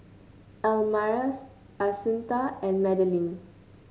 Elmire Assunta and Madeleine